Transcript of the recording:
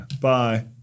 Bye